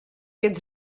pět